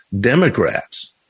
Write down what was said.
Democrats